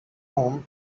home